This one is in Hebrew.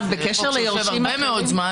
זה חוק שיושב הרבה מאוד זמן.